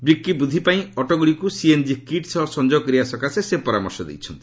ବିକ୍ରି ବୃଦ୍ଧି ପାଇଁ ଅଟୋଗୁଡ଼ିକୁ ସିଏନ୍କି କିଟ୍ ସହ ସଂଯୋଗ କରିବା ପାଇଁ ସେ ପରାମର୍ଶ ଦେଇଛନ୍ତି